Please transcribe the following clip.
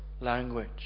language